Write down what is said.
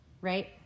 right